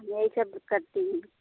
यही सब करते हैं